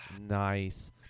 Nice